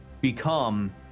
become